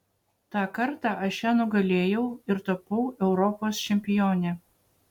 tą kartą aš ją nugalėjau ir tapau europos čempione